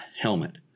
helmet